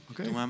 Okay